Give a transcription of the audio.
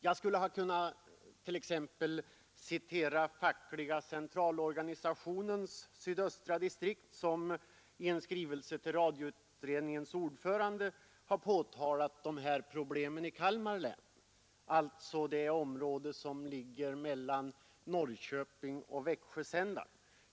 Jag skulle t.ex. ha kunnat citera fackliga centralorganisationens sydöstra distrikt som i en skrivelse till radioutredningens ordförande har påtalat vissa problem i Kalmar län, alltså det område som ligger mellan Norrköpings och Växjösändarna.